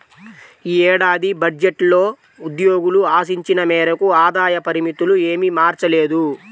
ఈ ఏడాది బడ్జెట్లో ఉద్యోగులు ఆశించిన మేరకు ఆదాయ పరిమితులు ఏమీ మార్చలేదు